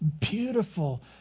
beautiful